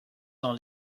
dans